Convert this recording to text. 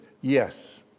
Yes